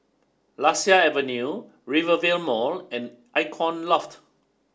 Lasia Avenue Rivervale Mall and Icon Loft